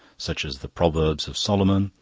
such as the proverbs of solomon,